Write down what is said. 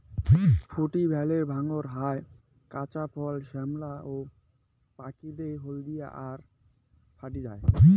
ফুটি ভালে ডাঙর হয়, কাঁচা ফল শ্যামলা, পাকিলে হলদিয়া হয় আর ফাটি যায়